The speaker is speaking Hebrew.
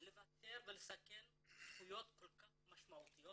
לוותר ולסכן זכויות כל כך משמעותיות